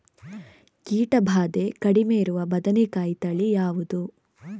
ಕೀಟ ಭಾದೆ ಕಡಿಮೆ ಇರುವ ಬದನೆಕಾಯಿ ತಳಿ ಯಾವುದು?